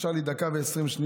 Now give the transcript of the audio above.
זו טענה הגיונית.